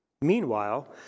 Meanwhile